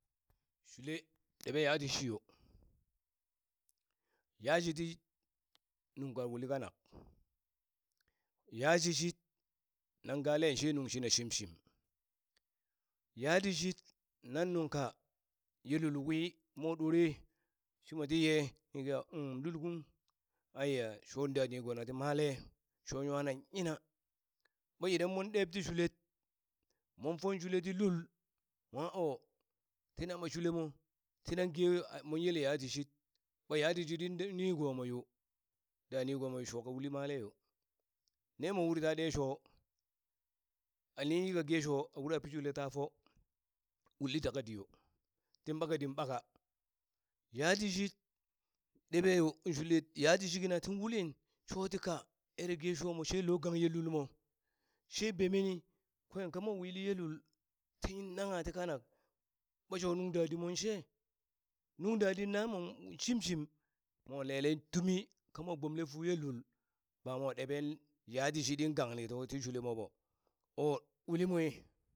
Shule ɗebe yatishi yo, yatishid nung ka uli kanak, yashishit nan galen she nung shina shimshim, yatishid nan nungka ye lul wi mo ɗore shimo ti yee ne ge a un lul kung aiya sho da nigona ti male sho nwa yina ɓa idan mon deb ti shulet mon fon shule ti lul mwa o tina ma shulemo tinange monyele yatishid ɓa yatishiɗi nigomo yo da nigomo shoka uli male yo ne mon uri ta ɗe sho a ning yika ge sho a ura pi shulet ta fo uli taka di yo, tin ɓaka din ɓaka yatishit ɗeɓeyo shulet yatishid kina tin ulin shotika ere ge shomo she lo gang ye lolmo she bemeni kwen kamo wili ye lul tin nangha ti kanak ɓa shong nung dadi mon she nung dadid namon shim shim mo nelen tumi ka mo gbomle fu yelul ba mo ɗeɓe yatishiɗi gan ti shule mo ɓo o uli mwe